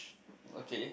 okay